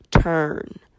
turn